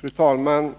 Fru talman!